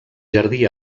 jardí